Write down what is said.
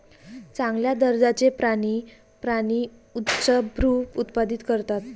चांगल्या दर्जाचे प्राणी प्राणी उच्चभ्रू उत्पादित करतात